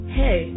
hey